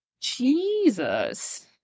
Jesus